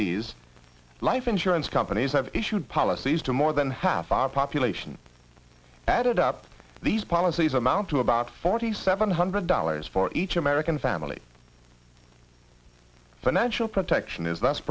these life insurance companies have issued policies to more than half our population added up these policies amount to about forty seven hundred dollars for each american family financial protection is l